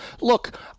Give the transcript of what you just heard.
Look